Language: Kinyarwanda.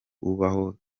ubaho